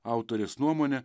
autorės nuomone